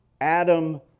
Adam